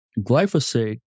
glyphosate